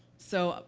so,